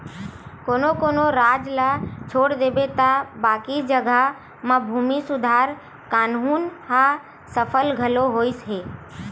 कोनो कोनो राज ल छोड़ देबे त बाकी जघा म भूमि सुधार कान्हून ह सफल घलो होइस हे